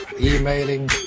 Emailing